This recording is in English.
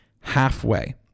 halfway